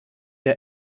der